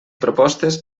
propostes